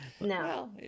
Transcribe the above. No